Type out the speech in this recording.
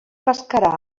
pescarà